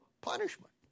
punishment